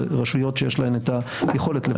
רשויות שיש להן את היכולת לבצע כזה מחקר.